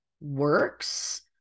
works